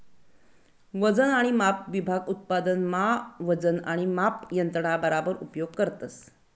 वजन आणि माप विभाग उत्पादन मा वजन आणि माप यंत्रणा बराबर उपयोग करतस